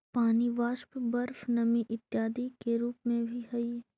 पानी वाष्प, बर्फ नमी इत्यादि के रूप में भी हई